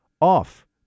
off